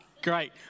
Great